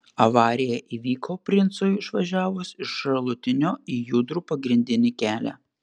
avarija įvyko princui išvažiavus iš šalutinio į judrų pagrindinį kelią